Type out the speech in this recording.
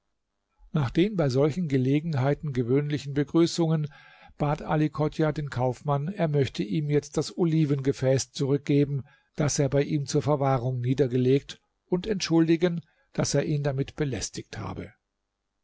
nach den bei solchen gelegenheiten gewöhnlichen begrüßungen bat ali chodjah den kaufmann er möchte ihm jetzt das olivengefäß zurückgeben das er bei ihm zur verwahrung niedergelegt und entschuldigen daß er ihn damit belästigt habe